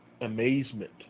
amazement